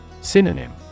Synonym